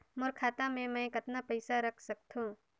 मोर खाता मे मै कतना पइसा रख सख्तो?